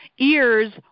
ears